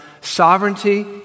sovereignty